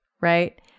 right